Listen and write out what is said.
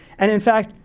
and in fact,